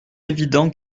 évident